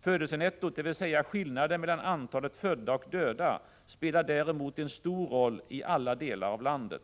Födelsenettot, dvs. skillnaden mellan antalet födda och döda, spelar däremot en stor roll i alla delar av landet.